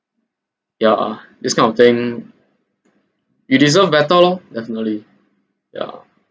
ya this kind of thing you deserve better lor definitely yeah